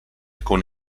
con